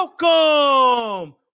Welcome